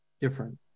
different